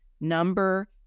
number